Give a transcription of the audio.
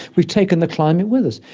we've taken the climate with us,